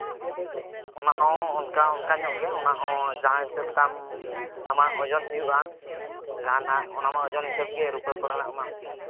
ᱚᱱᱟ ᱦᱚᱸ ᱚᱱᱠᱟ ᱚᱱᱠᱟ ᱧᱚᱜ ᱜᱮᱭᱟ ᱚᱱᱟᱦᱚᱸ ᱡᱟᱦᱟᱸ ᱦᱤᱥᱟᱹᱵᱛᱟᱢ ᱟᱢᱟᱜ ᱳᱡᱚᱱ ᱦᱩᱭᱩᱜᱼᱟ ᱡᱟᱦᱟᱱᱟᱜ ᱚᱱᱟᱢᱟ ᱳᱡᱳᱱ ᱦᱤᱥᱟᱹᱵ ᱜᱮ ᱨᱩᱯᱟᱹ ᱠᱚᱨᱮᱱᱟᱜ ᱢᱟ